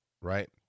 right